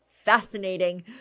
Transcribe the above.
Fascinating